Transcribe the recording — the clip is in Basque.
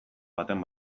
baten